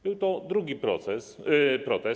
Był to drugi protest.